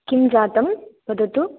किं जातं वदतु